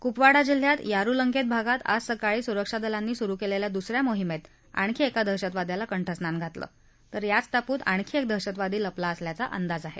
कुपवाडा जिल्ह्यातच यारुलंगेत भागात आज सकाळी सुरक्षा दलांनी सुरु केलेल्या दुस या मोहीमेत आणखी एका दहशतवाद्याला कंठस्नान घातलं आहे तर याच टापूत आणखी एक दहशतवादी लपला असल्याचा अंदाज आहे